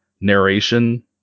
narration